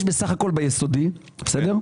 יש בסך הכול ביסודי 44,530,